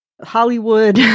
Hollywood